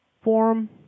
forum